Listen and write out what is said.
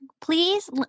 please